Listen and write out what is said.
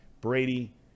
Brady